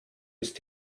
ist